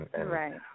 right